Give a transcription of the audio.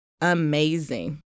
amazing